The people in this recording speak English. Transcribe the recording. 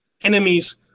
enemies